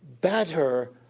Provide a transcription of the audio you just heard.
better